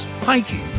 hiking